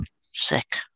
sick